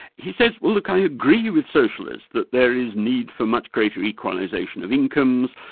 he says, well look, i agree with socialists that there is need for much greater equalisation of incomes,